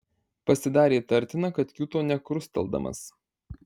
pasidarė įtartina kad kiūto nekrusteldamas